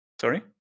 Sorry